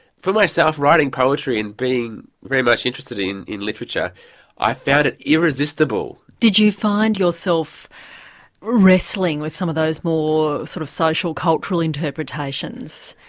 for myself writing poetry and being very much interested in in literature i found it irresistible. did you find yourself wrestling wrestling with some of those more sort of social cultural interpretations?